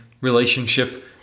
relationship